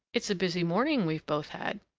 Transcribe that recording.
it's a busy morning we've both had.